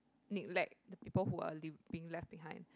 neglect the people who are lea~ being left behind